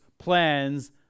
Plans